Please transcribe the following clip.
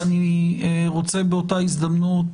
ואני רוצה באותה הזדמנות,